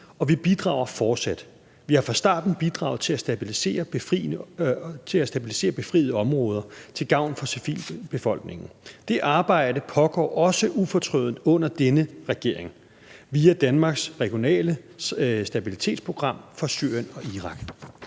og vi bidrager fortsat. Vi har fra starten bidraget til at stabilisere befriede områder til gavn for civilbefolkningen. Det arbejde pågår også ufortrødent under denne regering via Danmarks regionale stabilitetsprogram for Syrien og Irak.